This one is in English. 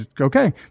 okay